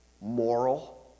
moral